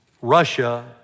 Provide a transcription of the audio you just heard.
Russia